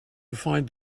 find